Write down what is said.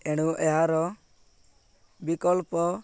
ଏଣୁ ଏହାର ବିକଳ୍ପ